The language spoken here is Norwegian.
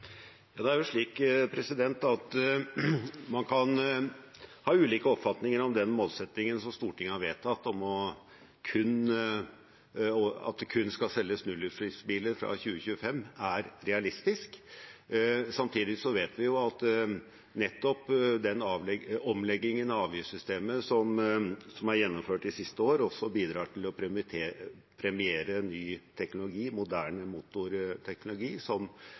Det er jo slik at man kan ha ulike oppfatninger om hvorvidt den målsettingen som Stortinget har vedtatt om at det kun skal selges nullutslippsbiler fra 2025, er realistisk. Samtidig vet vi at nettopp den omleggingen av avgiftssystemet som er gjennomført de siste årene, også bidrar til å premiere ny teknologi, moderne motorteknologi